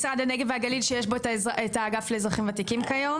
משרד הנגב והגליל שיש בו את האגף לאזרחים וותיקים כיום?